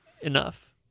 enough